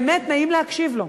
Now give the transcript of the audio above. באמת נעים להקשיב לו.